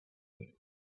him